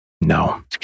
No